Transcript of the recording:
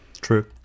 true